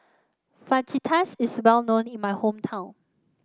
Fajitas is well known in my hometown